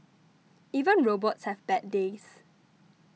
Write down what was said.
even robots have bad days